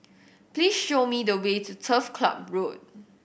please show me the way to Turf Club Road